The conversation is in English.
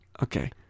Okay